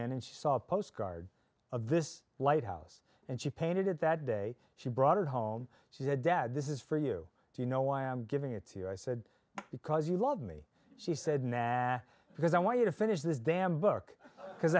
in and she saw a postcard of this lighthouse and she painted it that day she brought it home she said dad this is for you do you know why i'm giving it to you i said because you love me she said now because i want you to finish this damn book because